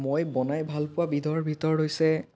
মই বনাই ভালপোৱা বিধৰ ভিতৰত হৈছে